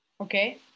Okay